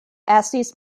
estis